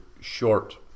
short